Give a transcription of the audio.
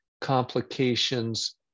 complications